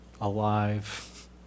alive